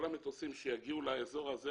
כל המטוסים שיגיעו לאזור הזה